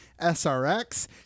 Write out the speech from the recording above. srx